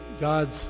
God's